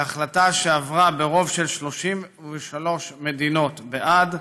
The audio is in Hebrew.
כהחלטה שעברה ברוב של 33 מדינות בעד,